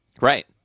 Right